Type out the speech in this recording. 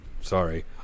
sorry